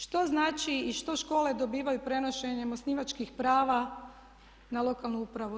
Što znači i što škole dobivaju prenošenjem osnivačkih prava na lokalnu upravu?